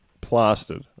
plastered